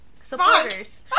supporters